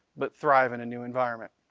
but thrive in a new environment.